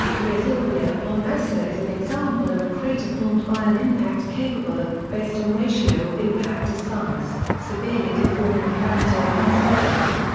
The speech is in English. rheasilvia on vesta is an example of a crater formed by an impact capable of, based on ratio of impact to size, severely deforming a planetary-mass object.